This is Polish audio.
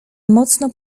mocno